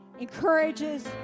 encourages